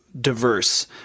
diverse